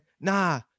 Nah